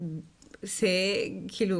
כאילו